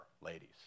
ladies